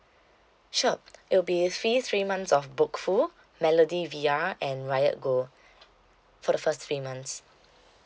sure it will be free three months of bookful melody V_R and wired go for the first three months